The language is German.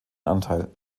anteil